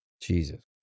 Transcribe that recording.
Jesus